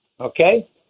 okay